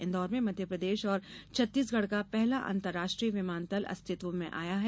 इन्दौर में मध्यप्रदेश और छत्तीसगढ़ का पहला अंतर्राष्ट्रीय विमानतल अस्तित्व में आया है